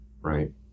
right